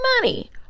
money